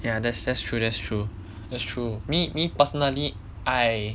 ya that's that's true that's true that's true me me personally I